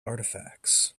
artifacts